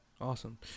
Awesome